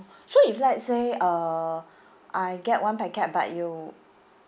so if let's say uh I get one packet but you